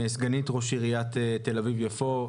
סגנית ראש עיריית תל אביב-יפו,